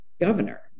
governor